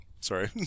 Sorry